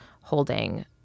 holding